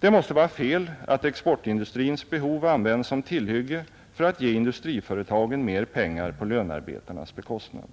Det måste vara fel att exportindustrins behov används som tillhygge för att ge industriföretagen mer pengar på lönarbetarnas bekostnad.